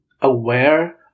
aware